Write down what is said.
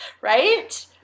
Right